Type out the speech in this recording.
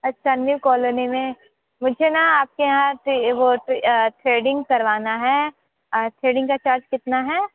अच्छा new colony में मुझे ना आपके यहाँ से वो थ्रेडिंग करवाना हैं थ्रेडिंग का चार्ज कितना है